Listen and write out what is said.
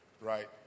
right